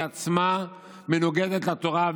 היא עצמה מנוגדת לתורה,